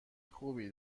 خوبی